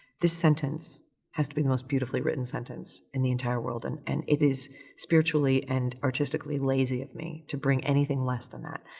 this sentence has to be the most beautifully written sentence in the entire world and and it is spiritually and artistically lazy of me to bring anything less than that.